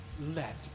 let